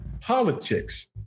politics